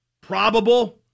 Probable